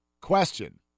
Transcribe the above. Question